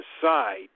side